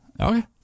Okay